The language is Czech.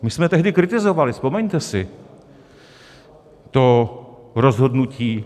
My jsme tehdy kritizovali, vzpomeňte si, to rozhodnutí.